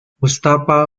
mustafa